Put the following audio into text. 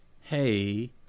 hey